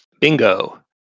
Bingo